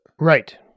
Right